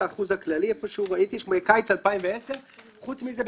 איפשהו ראיתי בקיץ 2010. חוץ מזה,